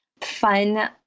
fun